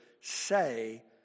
say